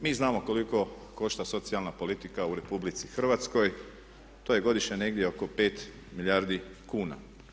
Mi znamo koliko košta socijalna politika u RH, to je godišnje negdje oko 5 milijardi kuna.